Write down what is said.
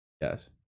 Yes